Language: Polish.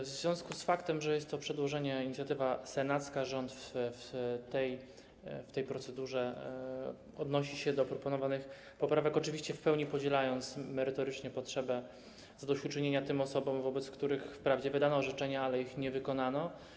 W związku z faktem, że jest to przedłożenie, inicjatywa senacka, rząd w tej procedurze odnosi się do proponowanych poprawek, oczywiście merytorycznie w pełni podzielając potrzebę zadośćuczynienia osobom, wobec których wprawdzie wydano orzeczenia, ale ich nie wykonano.